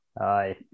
aye